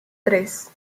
tres